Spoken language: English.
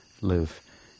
live